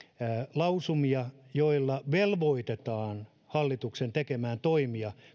lausumia joilla velvoitetaan hallitus tekemään toimia